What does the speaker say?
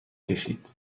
کشید